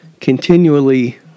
continually